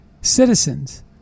citizens